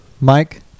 Mike